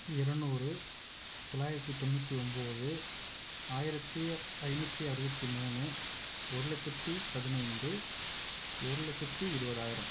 இருநூறு தொள்ளாயிரத்தி தொண்ணூற்றி ஒம்பது ஆயிரத்துதி ஐந்நூற்றி அறுபத்தி மூணு ஒரு லட்சத்து பதினைந்து ஒரு லட்சத்து இருபதாயிரம்